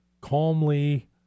calmly